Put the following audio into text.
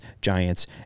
Giants